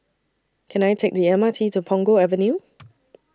Can I Take The M R T to Punggol Avenue